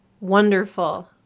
Wonderful